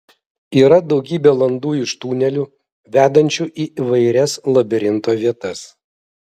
yra daugybė landų iš tunelių vedančių į įvairias labirinto vietas